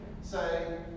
say